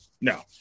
no